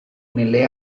nelle